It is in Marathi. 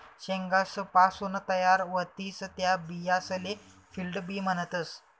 शेंगासपासून तयार व्हतीस त्या बियासले फील्ड बी म्हणतस